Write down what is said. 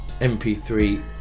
MP3